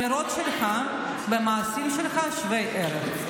יש לך הזדמנות להוכיח שהאמירות שלך והמעשים שלך שווי ערך.